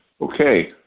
Okay